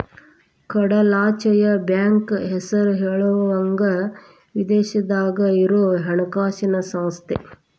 ಕಡಲಾಚೆಯ ಬ್ಯಾಂಕ್ ಹೆಸರ ಹೇಳುವಂಗ ವಿದೇಶದಾಗ ಇರೊ ಹಣಕಾಸ ಸಂಸ್ಥೆ